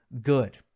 good